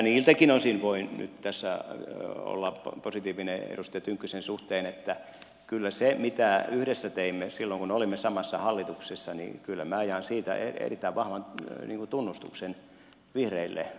niiltäkin osin voin nyt tässä olla positiivinen edustaja tynkkysen suhteen että kyllä siitä mitä yhdessä teimme silloin kun olimme samassa hallituksessa minä jaan erittäin vahvan tunnustuksen vihreille